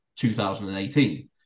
2018